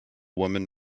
woman